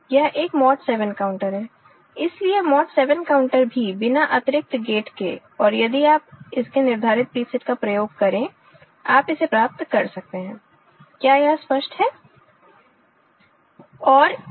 यह एक mod 7 counter है इसलिए मॉड 7 काउंटर भी बिना अतिरिक्त गेट के और यदि आप इसके निर्धारित प्रीसेट का प्रयोग करें आप इसे प्राप्त कर सकते हैं क्या यह स्पष्ट है